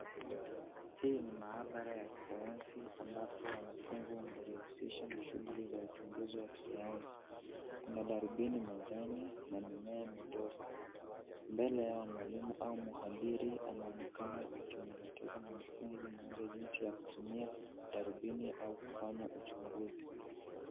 Hii ni maabara ya kisayansi ambapo wanafunzi wanajihusisha na shughuli za uchunguzi wa kisayansi. Kuna darubini mezani na mimea midogo, mbele yao mwalimu ama mhadhiri anaonekana akimwelekeza mwanafunzi mmoja jinsi ya kutumia darubini au kufanya uchunguzi.